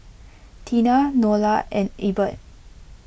Teena Nola and Ebert